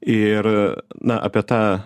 ir na apie tą